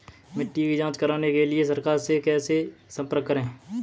मिट्टी की जांच कराने के लिए सरकार से कैसे संपर्क करें?